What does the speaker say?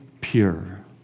pure